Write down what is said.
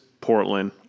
Portland